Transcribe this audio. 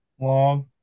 long